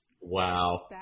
Wow